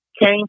came